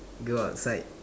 go outside